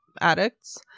addicts